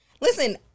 Listen